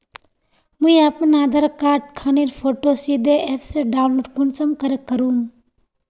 मुई अपना आधार कार्ड खानेर फोटो सीधे ऐप से डाउनलोड कुंसम करे करूम?